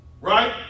right